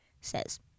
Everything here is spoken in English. says